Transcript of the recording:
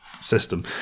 system